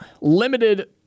limited